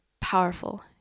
powerful